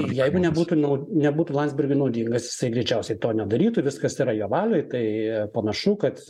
jeigu nebūtų nau nebūtų landsbergiui naudingas jisai greičiausiai to nedarytų viskas yra jo valioj tai panašu kad